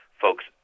folks